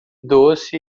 doce